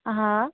હા